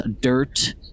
dirt